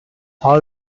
all